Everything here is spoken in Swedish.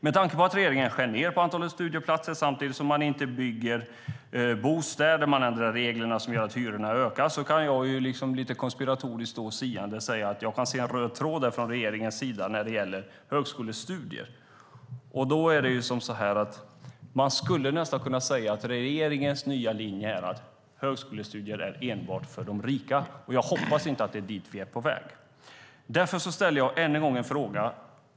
Med tanke på att regeringen skär ned på antalet studieplatser, samtidigt som det inte byggs några bostäder, och ändrar reglerna så att hyrorna ökar kan jag lite konspiratoriskt säga att jag tycker mig se en röd tråd i regeringens agerande när det gäller högskolestudier. Man skulle nästan kunna säga att regeringens nya linje är att högskolestudier enbart är för de rika. Jag hoppas att det inte är dit vi är på väg. Därför ställer jag ännu en gång samma fråga.